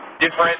different